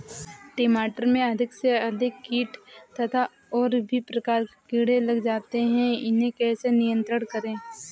टमाटर में अधिक से अधिक कीट तथा और भी प्रकार के कीड़े लग जाते हैं इन्हें कैसे नियंत्रण करें?